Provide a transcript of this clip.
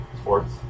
Sports